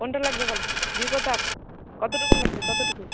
কোনটা লাগবে বলেন বীরপ্রতাপ কতটুকু লাগবে কতটুকু